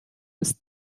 ist